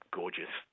gorgeous